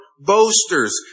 boasters